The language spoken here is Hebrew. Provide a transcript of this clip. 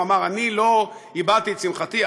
הוא אמר: אני לא הבעתי את שמחתי,